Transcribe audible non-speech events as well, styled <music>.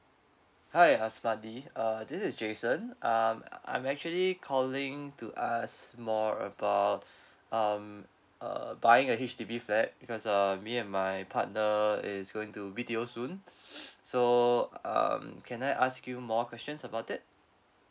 hi azbadi uh this is jason um I'm actually calling to ask more about um uh buying a H_D_B flat because uh me and my partner is going to B_T_O soon <noise> so um can I ask you more questions about that